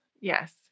Yes